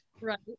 right